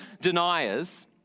deniers